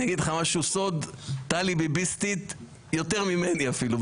אני אגיד לך סוד: טלי ביביסטית יותר ממני אפילו.